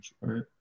right